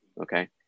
okay